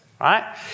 right